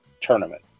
tournament